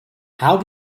how